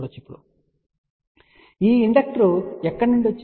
ఇప్పుడు ఈ ఇండక్టర్ ఎక్కడ నుండి వచ్చింది